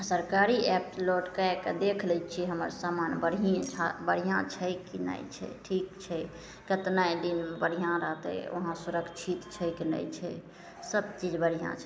सरकारी apps load कै के देखि लै छिए हमर समान बढ़िएँ ठाँ बढ़िआँ छै कि नहि छै ठीक छै कतना दिन बढ़िआँ रहतै ओहाँ सुरक्षित छै कि नहि छै सबचीज बढ़िआँ छै